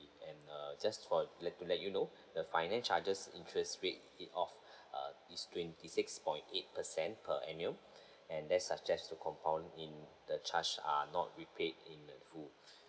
and uh just for let to let you know the finance charges interest rate it off uh it's twenty six point eight percent per annum and there's subject to compounding if the charge are not repaid in full